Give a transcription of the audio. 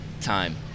time